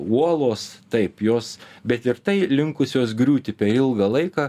uolos taip jos bet ir tai linkusios griūti per ilgą laiką